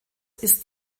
ist